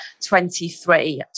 23